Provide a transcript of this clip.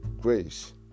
Grace